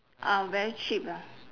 ah very cheap lah